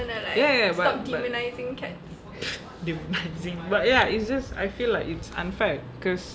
ya ya but demonising but ya it's just I feel like it's unfair because